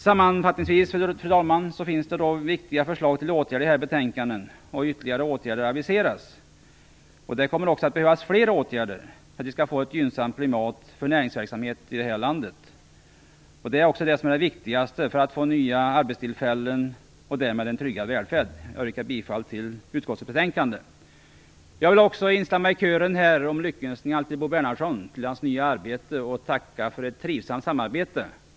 Sammanfattningsvis finns det, fru talman, viktiga förslag till åtgärder i detta betänkande, och ytterligare åtgärder aviseras. Det kommer också att behövas fler åtgärder för att vi skall få ett gynnsamt klimat för näringsverksamhet i detta land. Det är också det som är det viktigaste för att vi skall få nya arbetstillfällen och därmed en tryggad välfärd. Jag yrkar bifall till utskottets hemställan. Jag vill också instämma i kören av lyckönskningar till Bo Bernhardsson, till hans nya arbete, och jag vill tacka för ett trivsamt samarbete.